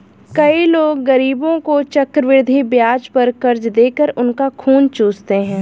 कई लोग गरीबों को चक्रवृद्धि ब्याज पर कर्ज देकर उनका खून चूसते हैं